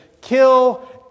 Kill